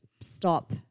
stop